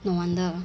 no wonder